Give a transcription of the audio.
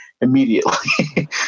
immediately